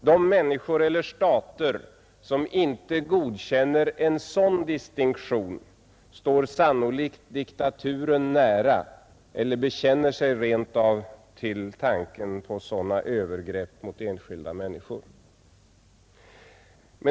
De människor eller stater som inte godkänner en sådan distinktion står sannolikt diktaturen nära eller bekänner sig rent av till tanken på sådana övergrepp mot enskilda människor.